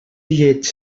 lleig